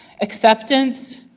acceptance